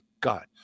God